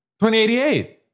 2088